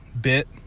bit